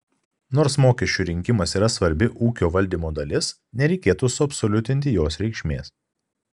nors mokesčių rinkimas yra svarbi ūkio valdymo dalis nereikėtų suabsoliutinti jos reikšmės